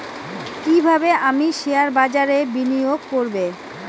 কিভাবে আমি শেয়ারবাজারে বিনিয়োগ করবে?